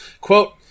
Quote